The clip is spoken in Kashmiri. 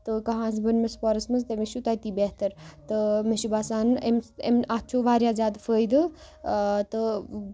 تہٕ کانٛہہ آسہِ بۅنمِس پۅہرَس منٛز تٔمِس چھُ تٔتی بہتر تہٕ مےٚ چھُ باسان أمِس أمۍ اَتھ چھُ واریاہ زیادٕ فٲیدٕ تہٕ